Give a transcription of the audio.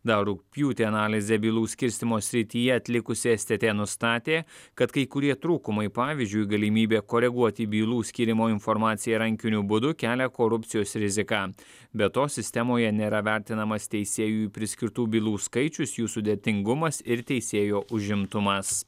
dar rugpjūtį analizę bylų skirstymo srityje atlikusi stt nustatė kad kai kurie trūkumai pavyzdžiui galimybė koreguoti bylų skyrimo informaciją rankiniu būdu kelia korupcijos riziką be to sistemoje nėra vertinamas teisėjui priskirtų bylų skaičius jų sudėtingumas ir teisėjo užimtumas